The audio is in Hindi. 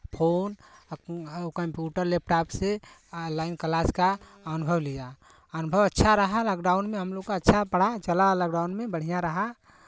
फोन कम्प्यूटर लैपटाप से ऑनलाइन क्लास का अनुभव लिया अनुभव अच्छा रहा लॉकडाउन में हमलोग का अच्छा पड़ा चला लॉकडाउन में बढ़ियाँ रहा